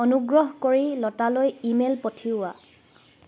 অনুগ্ৰহ কৰি লতালৈ ইমেইল পঠিওৱা